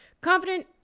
confident